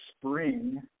spring